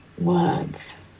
words